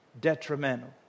detrimental